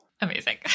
Amazing